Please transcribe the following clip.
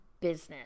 business